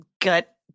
gut